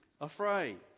afraid